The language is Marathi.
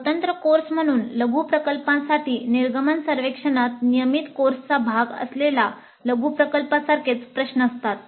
स्वतंत्र कोर्स म्हणून लघु प्रकल्पासाठी निर्गमन सर्वेक्षणात नियमित कोर्सचा भाग असलेल्या लघु प्रकल्पासारखेच प्रश्न असतात